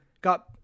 got